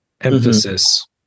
emphasis